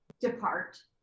depart